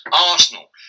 Arsenal